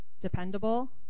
Dependable